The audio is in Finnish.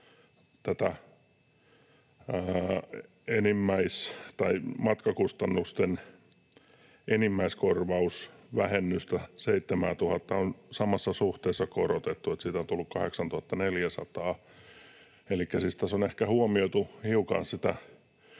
matkakustannusten enimmäiskorvausvähennystä on samassa suhteessa korotettu, eli 7 000:sta on tullut 8 400. Elikkä siis tässä on ehkä huomioitu sitä